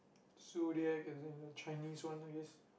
zodiac as in the Chinese one I guess